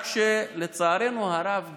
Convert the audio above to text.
רק שלצערנו הרב,